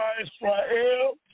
israel